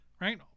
right